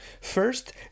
First